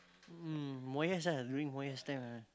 mm Moyes ah during Moyes time ah